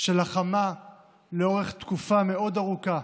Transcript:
שלחמה לאורך תקופה מאוד ארוכה